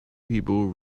people